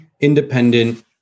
independent